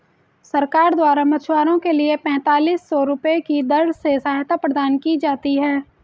सरकार द्वारा मछुआरों के लिए पेंतालिस सौ रुपये की दर से सहायता प्रदान की जाती है